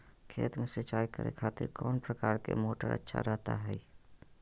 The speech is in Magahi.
खेत में सिंचाई करे खातिर कौन प्रकार के मोटर अच्छा रहता हय?